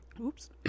oops